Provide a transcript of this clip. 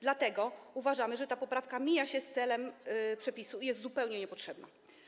Dlatego uważamy, że ta poprawka mija się z celem przepisu i jest zupełnie niepotrzebna.